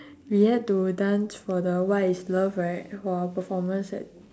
we had to dance for the what is love right for our performance at